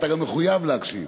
אתה גם מחויב להקשיב,